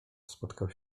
spotkał